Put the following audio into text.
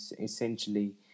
essentially